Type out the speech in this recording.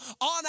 on